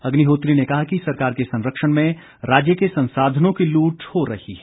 अग्निहोत्री ने कहा कि सरकार के संरक्षण में राज्य के संसाधनों की लूट हो रही है